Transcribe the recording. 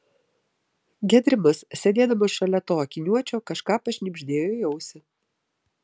gedrimas sėdėdamas šalia to akiniuočio kažką pašnibždėjo į ausį